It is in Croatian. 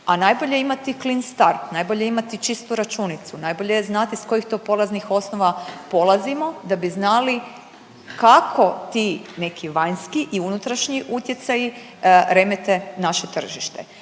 a najbolje je imati clean start najbolje imati čistu računicu, najbolje je znati iz kojih to polaznih osnova polazimo da bi znali kako ti neki vanjski i unutrašnji utjecaji remete naše tržište.